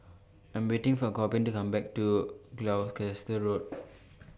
I Am waiting For Corbin to Come Back from Gloucester Road